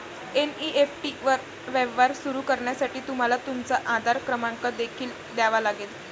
NEFT वर व्यवहार सुरू करण्यासाठी तुम्हाला तुमचा आधार क्रमांक देखील द्यावा लागेल